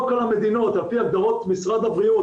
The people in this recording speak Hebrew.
על פי הגדרות משרד הבריאות,